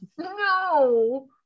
No